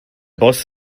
boss